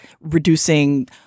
reducing